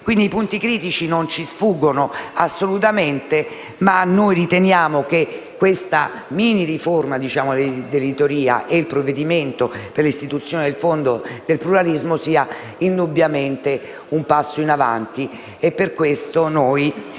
i punti critici non ci sfuggono assolutamente, ma noi riteniamo che questa mini riforma dell'editoria e il provvedimento per l'istituzione del Fondo per il pluralismo siano indubbiamente un passo in avanti. Per questo